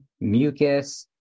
mucus